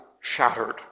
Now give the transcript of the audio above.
shattered